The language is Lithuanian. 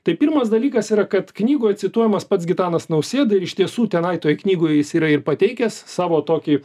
tai pirmas dalykas yra kad knygoj cituojamas pats gitanas nausėda ir iš tiesų tenai toje knygoje jis yra ir pateikęs savo tokį